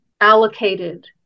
allocated